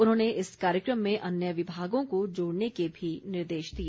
उन्होंने इस कार्यक्रम में अन्य विभागों को जोड़ने के भी निर्देश दिए